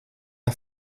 der